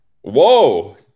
Whoa